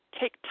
take